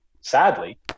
sadly